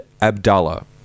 Abdallah